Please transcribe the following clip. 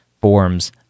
forms